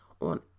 on